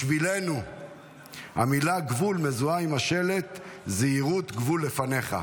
בשבילנו המילה 'גבול' מזוהה עם השלט 'זהירות גבול לפניך'.